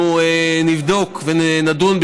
אנחנו נבדוק ונדון.